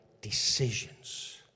decisions